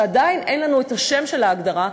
שעדיין אין לנו השם של ההגדרה,